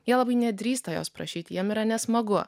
jie labai nedrįsta jos prašyti jiems yra nesmagu